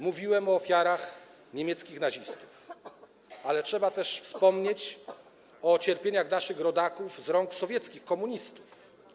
Mówiłem o ofiarach niemieckich nazistów, ale trzeba też wspomnieć o cierpieniach naszych rodaków z rąk sowieckich komunistów.